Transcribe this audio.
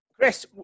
Chris